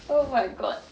oh my god